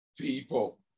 People